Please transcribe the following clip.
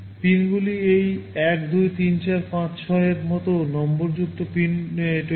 পিনগুলি 1 2 3 4 5 6 এরকম নম্বর কনভেনশনযুক্ত